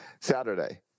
Saturday